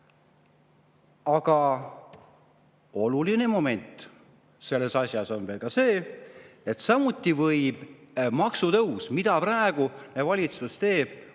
oluline moment selles asjas on veel see, et samuti võib maksutõus, mida praegu valitsus teeb,